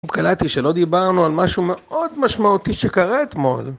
פתאום קלטתי שלא דיברנו על משהו מאוד משמעותי שקרה אתמול